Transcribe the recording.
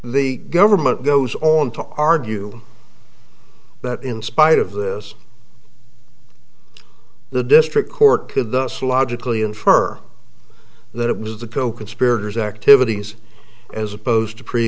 the government goes on to argue that in spite of this the district court could thus logically infer that it was the coconspirators activities as opposed to